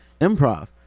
improv